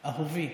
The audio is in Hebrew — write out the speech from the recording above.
אהובי,